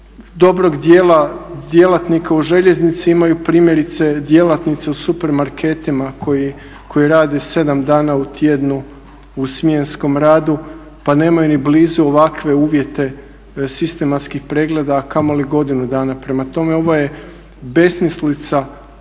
dobrog dijela djelatnika u željeznici imaju primjerice djelatnici u supermarketima koji rade 7 dana u tjednu u smjenskom radu pa nemaju ni blizu ovakve uvjete sistematskih pregleda, a kamoli godinu dana. Prema tome, ovo je besmislica sama